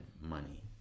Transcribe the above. money